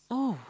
oh